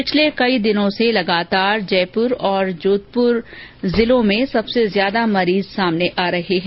पिछले कई दिनों से लगातार जयपुर और जोधपुर जिलों में सबसे ज्यादा मरीज सामने आ रहे हैं